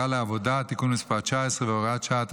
לעבודה) (תיקון מס' 19 והוראת שעה),